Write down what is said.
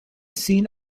seen